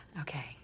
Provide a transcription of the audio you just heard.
Okay